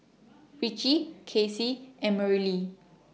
Ritchie Cassie and Merrily